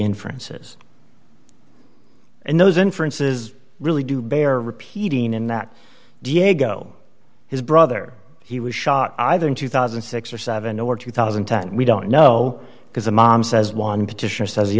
inferences and those inferences really do bear repeating in that diego his brother he was shot either in two thousand and six or seven or two thousand and ten we don't know because the mom says one